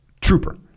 trooper